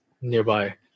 nearby